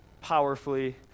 powerfully